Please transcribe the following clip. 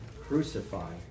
crucified